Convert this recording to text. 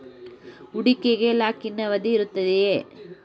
ಹೂಡಿಕೆಗೆ lock in ಅವಧಿ ಇರುತ್ತದೆಯೇ?